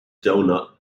doughnut